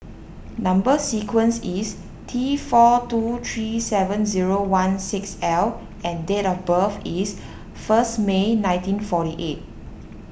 Number Sequence is T four two three seven zero one six L and date of birth is first May nineteen forty eight